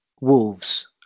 Wolves